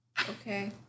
Okay